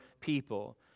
people